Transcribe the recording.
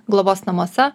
globos namuose